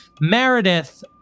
Meredith